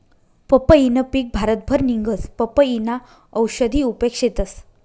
पंपईनं पिक भारतभर निंघस, पपयीना औषधी उपेग शेतस